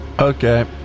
Okay